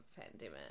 pandemic